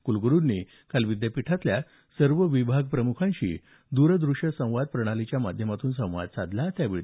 कुलग्रुंनी काल विद्यापीठातल्या सर्व विभाग प्रमुखांशी द्रदृश्य संवाद प्रणालीच्या माध्यमातून संवाद साधला त्यावेळी ते बोलत होते